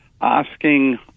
asking